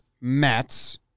Mets